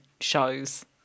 shows